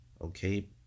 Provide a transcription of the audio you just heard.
okay